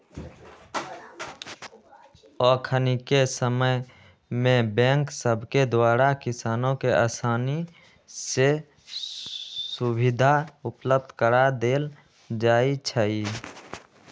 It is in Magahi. अखनिके समय में बैंक सभके द्वारा किसानों के असानी से सुभीधा उपलब्ध करा देल जाइ छइ